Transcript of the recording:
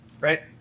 right